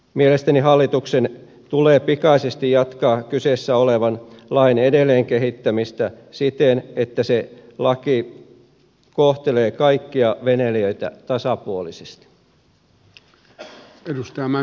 mielestäni hallituksen tulee pikaisesti jatkaa kyseessä olevan lain edelleenkehittämistä siten että se laki kohtelee kaikkia veneilijöitä tasapuolisesti